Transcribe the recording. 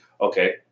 okay